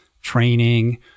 training